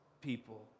people